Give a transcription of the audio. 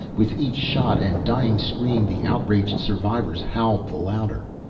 with each shot and dying scream the outraged survivors howled the louder.